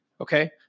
Okay